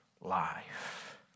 life